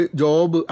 job